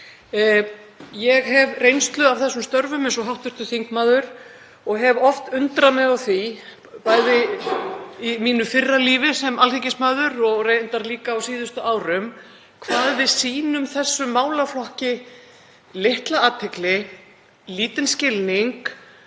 Ég hef reynslu af þessum störfum eins og hv. þingmaður og hef oft undrað mig á því, bæði í mínu fyrra lífi sem alþingismaður og reyndar líka á síðustu árum, hvað við sýnum þessum málaflokki litla athygli, lítinn skilning